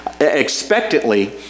Expectantly